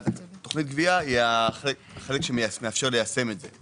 ותוכנית גבייה היא החלק שמאפשר ליישם את זה,